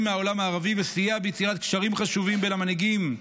מהעולם הערבי וסייע ביצירת קשרים חשובים בין המנהיגים,